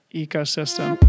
ecosystem